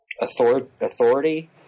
authority